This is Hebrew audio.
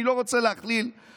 אני לא רוצה להכליל,